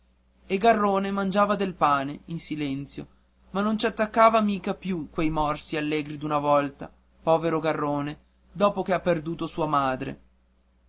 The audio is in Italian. e garrone mangiava del pane in silenzio ma non ci attacca mica più quei morsi allegri d'una volta povero garrone dopo che ha perduto sua madre